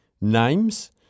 names